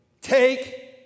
Take